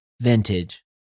vintage